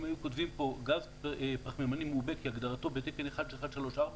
אם היו כותבים פה גז פחמימני מעובה כהגדרתו בתקן 1134,